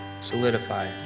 solidify